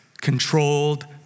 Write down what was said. controlled